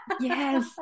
Yes